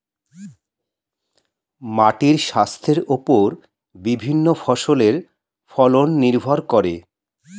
মাটির স্বাস্থ্যের ওপর বিভিন্ন ফসলের ফলন নির্ভর করে